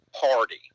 party